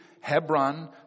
Hebron